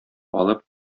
алып